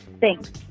thanks